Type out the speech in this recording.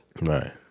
Right